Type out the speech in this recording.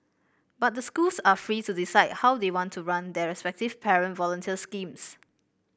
but the schools are free to decide how they want to run their respective parent volunteer schemes